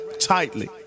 tightly